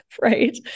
right